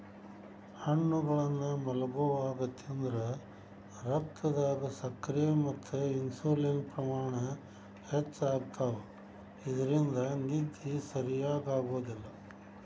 ಹಣ್ಣುಗಳನ್ನ ಮಲ್ಗೊವಾಗ ತಿಂದ್ರ ರಕ್ತದಾಗ ಸಕ್ಕರೆ ಮತ್ತ ಇನ್ಸುಲಿನ್ ಪ್ರಮಾಣ ಹೆಚ್ಚ್ ಮಾಡ್ತವಾ ಇದ್ರಿಂದ ನಿದ್ದಿ ಸರಿಯಾಗೋದಿಲ್ಲ